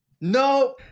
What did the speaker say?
No